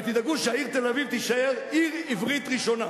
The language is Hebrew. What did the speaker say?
ותדאגו שהעיר תל-אביב תישאר עיר עברית ראשונה.